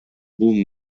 бул